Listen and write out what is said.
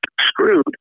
screwed